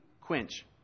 quench